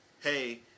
hey